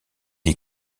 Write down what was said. est